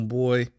boy